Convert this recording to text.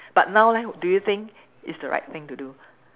but now leh do you think it's the right thing to do